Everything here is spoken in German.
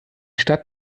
stadt